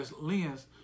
lens